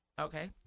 Okay